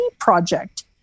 project